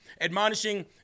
admonishing